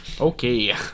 Okay